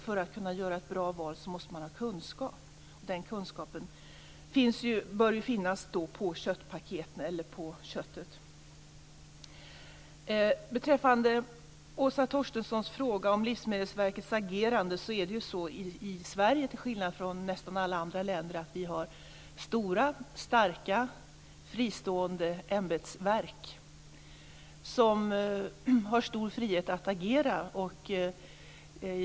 För att kunna göra ett bra val måste man ha kunskap, och den kunskapen bör man få genom information på köttpaketet. Beträffande Åsa Torstenssons fråga om Livsmedelsverkets agerande har vi i Sverige, till skillnad från nästan alla andra länder, stora, starka och fristående ämbetsverk som har stor frihet att agera.